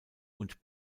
und